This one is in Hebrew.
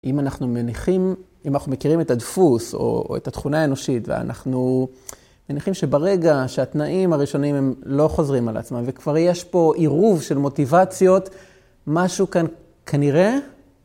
אם אנחנו מניחים, אם אנחנו מכירים את הדפוס או את התכונה האנושית ואנחנו מניחים שברגע שהתנאים הראשונים הם לא חוזרים על עצמם וכבר יש פה עירוב של מוטיבציות, משהו כאן כנראה...